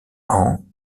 ans